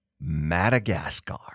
Madagascar